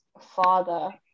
father